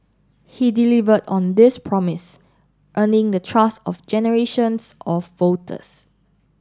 he delivered on this promise earning the trust of generations of voters